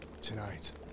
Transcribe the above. tonight